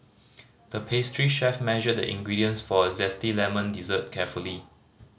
the pastry chef measured the ingredients for a zesty lemon dessert carefully